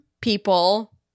people